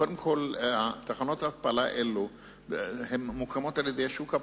קודם כול, תחנות ההתפלה מוקמות על-ידי השוק הפרטי.